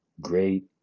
Great